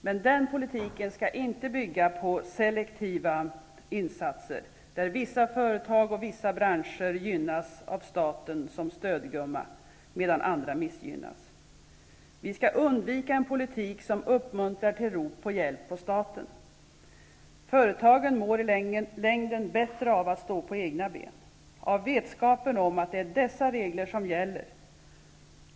Men den politiken skall inte bygga på selektiva insatser, där vissa företag och branscher gynnas av staten som ''stödgumma'' medan andra missgynnas. Vi skall undvika en politik som uppmuntrar till rop på hjälp från staten. Företagen mår i längden bättre av att stå på egna ben och av vetskapen om att det är dessa regler som gäller.